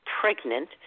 pregnant